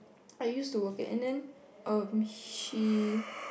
I used to work there and then um she